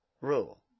rule